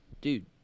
Dude